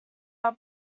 are